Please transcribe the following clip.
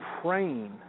praying